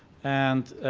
and